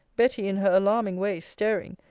betty in her alarming way, staring,